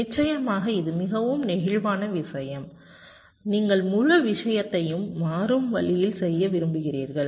நிச்சயமாக இது மிகவும் நெகிழ்வான விஷயம் நீங்கள் முழு விஷயத்தையும் மாறும் வழியில் செய்ய விரும்புகிறீர்கள்